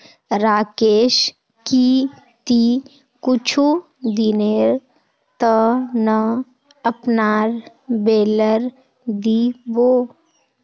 राकेश की ती कुछू दिनेर त न अपनार बेलर दी बो